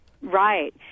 Right